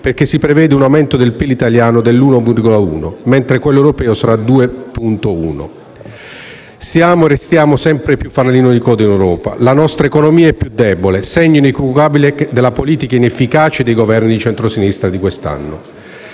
perché si prevede un aumento del PIL italiano di 1,1 per cento, mentre quello europeo sarà +2,1 per cento. Siamo e restiamo sempre più fanalino di coda in Europa. La nostra economia è la più debole, segno inequivocabile della politica inefficace dei Governi di centrosinistra di questi anni.